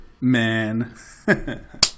man